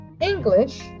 English